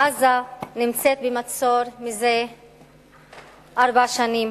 עזה נמצאת במצור זה ארבע שנים.